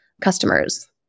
customers